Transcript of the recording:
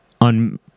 on